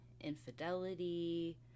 infidelity